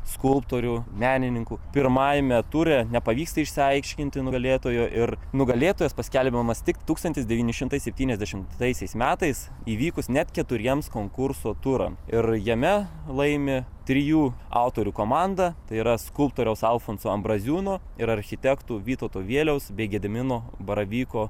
skulptorių menininkų pirmajame ture nepavyksta išsiaiškinti nugalėtojo ir nugalėtojas paskelbiamas tik tūkstantis devyni šimtai septyniasdešimtaisiais metais įvykus net keturiems konkurso turam ir jame laimi trijų autorių komanda tai yra skulptoriaus alfonso ambraziūno ir architektų vytauto vieliaus bei gedimino baravyko